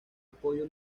apoyo